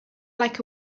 like